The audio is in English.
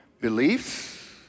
beliefs